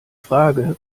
frage